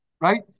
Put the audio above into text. Right